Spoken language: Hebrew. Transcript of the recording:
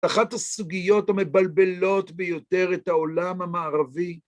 אחת הסוגיות המבלבלות ביותר את העולם המערבי